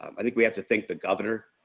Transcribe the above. um i think we have to thank the governor.